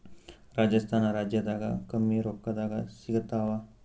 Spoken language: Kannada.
ರಾಜಸ್ಥಾನ ರಾಜ್ಯದಾಗ ಕಮ್ಮಿ ರೊಕ್ಕದಾಗ ಸಿಗತ್ತಾವಾ?